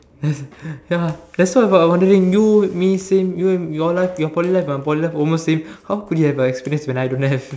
ya that's why I was wondering you me same and you your life your Poly life my poly life almost same how could you have an experience when I don't have